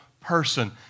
person